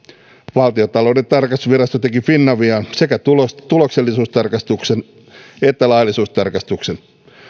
valtiontalouden tarkastusvirasto teki finaviaan sekä tuloksellisuustarkastuksen että laillisuustarkastuksen